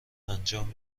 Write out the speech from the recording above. انجام